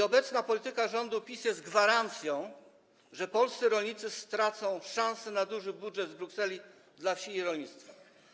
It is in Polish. Obecna polityka rządu PiS jest gwarancją, że polscy rolnicy stracą szansę na duży budżet z Brukseli dla wsi i rolnictwa.